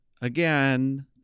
again